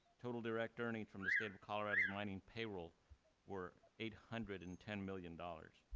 total direct earnings from the state of colorado's mining payroll were eight hundred and ten million dollars.